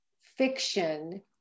fiction